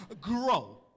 GROW